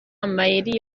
amayeri